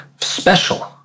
special